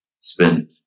spent